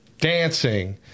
dancing